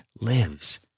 lives